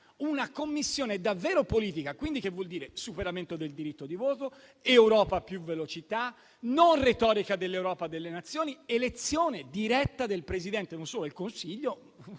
una Commissione davvero politica. Questo vuol dire superamento del diritto di veto, Europa a più velocità, non retorica dell'Europa delle Nazioni, elezione diretta del Presidente, e non solo del Consiglio,